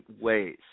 ways